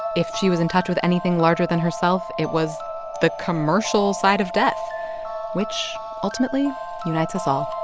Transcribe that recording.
if she was in touch with anything larger than herself, it was the commercial side of death which ultimately unites us all